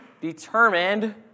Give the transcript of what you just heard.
determined